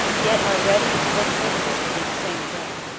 yet are ready and as capable to do the same again.